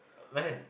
man